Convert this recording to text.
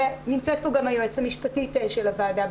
נמצאת כאן גם היועצת המשפטית שלן הוועדה.